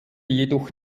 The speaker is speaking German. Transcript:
jedoch